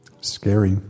Scary